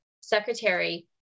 secretary